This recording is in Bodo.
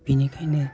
बिनिखायनो